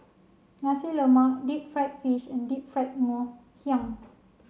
Nasi Lemak Deep Fried Fish and Deep Fried Ngoh Hiang